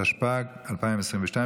התשפ"ג 2022,